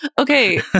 Okay